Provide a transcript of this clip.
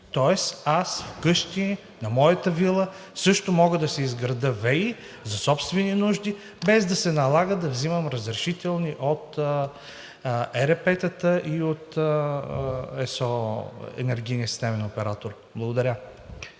Тоест аз вкъщи, на моята вила, също мога да си изградя ВЕИ за собствени нужди, без да се налага да взимам разрешителни от ЕРП-тата и от ЕСО – Енергийния системен оператор. Благодаря.